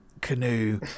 canoe